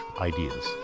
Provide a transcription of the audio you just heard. ideas